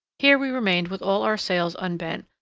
here we remained with all our sails unbent,